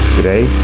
Today